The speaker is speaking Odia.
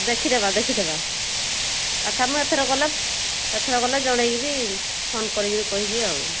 ଦେଖିଦେବା ଦେଖିଦେବା ଆଚ୍ଛା ମୁଁ ଏଥର ଗଲେ ଏଥର ଗଲେ ଜଣେଇବି ଫୋନ୍ କରିକି କହିବି ଆଉ